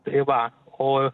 tai va o